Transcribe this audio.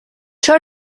ciò